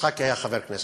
יצחקי היה חבר כנסת.